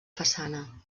façana